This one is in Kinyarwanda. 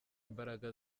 imbaraga